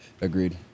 Agreed